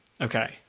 Okay